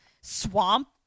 swamp